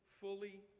fully